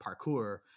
parkour